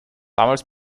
damals